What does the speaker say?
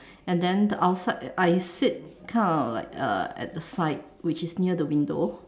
and then the outside I sit kind of like uh at the side which is near the window